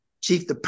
Chief